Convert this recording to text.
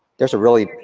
there's a really,